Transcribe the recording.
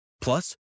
Plus